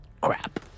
Crap